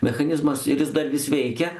mechanizmas ir jis dar vis veikia